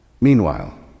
Meanwhile